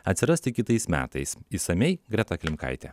atsiras tik kitais metais išsamiai greta klimkaitė